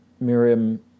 Miriam